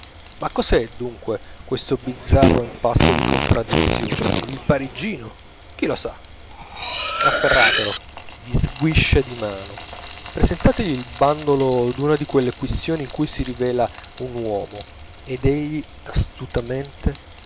ma cos'è dunque questo bizzarro impasto di contraddizioni il parigino chi lo sa afferratelo vi sguiscia di mano presentategli il bandolo d'una di quelle quistioni in cui si rivela un uomo ed egli astutamente